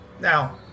Now